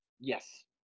yes